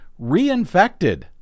reinfected